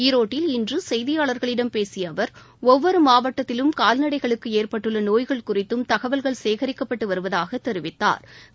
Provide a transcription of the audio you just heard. ஈரோட்டில் இன்று செய்தியாளர்களிடம் பேசிய அவர் ஒவ்வொரு மாவட்டத்திலும் கால்நடைகளுக்கு ஏற்பட்டுள்ள நோய்கள் குறித்தும் தகவல்கள் சேகரிக்கப்பட்டு வருவதாக தெரிவித்தாா்